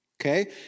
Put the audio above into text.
Okay